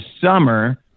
summer